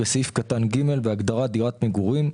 בסעיף קטן (ג), בהגדרה "דירת מגורים"